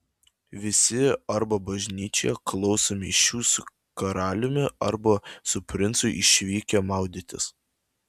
visi arba bažnyčioje klauso mišių su karaliumi arba su princu išvykę maudytis